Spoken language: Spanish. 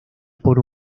por